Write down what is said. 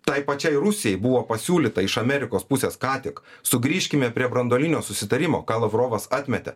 tai pačiai rusijai buvo pasiūlyta iš amerikos pusės ką tik sugrįžkime prie branduolinio susitarimo ką lavrovas atmetė